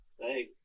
Hey